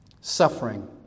suffering